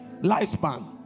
lifespan